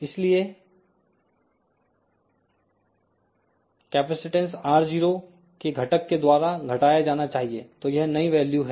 इसलिए capacitance R0 के घटक के द्वारा घटाया जाना चाहिए तो यह नई वैल्यू है